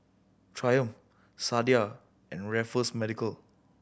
Triumph Sadia and Raffles Medical